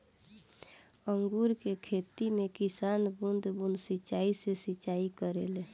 अंगूर के खेती में किसान बूंद बूंद सिंचाई से सिंचाई करेले